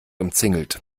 umzingelt